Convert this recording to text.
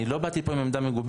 אני לא באתי פה עם עמדה מגובשת.